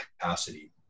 capacity